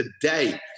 Today